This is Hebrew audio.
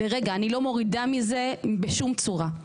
לרגע אני לא מורידה מזה בשום צורה.